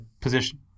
position